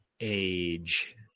age